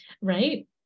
Right